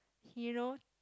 you know